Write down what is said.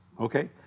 okay